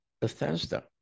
Bethesda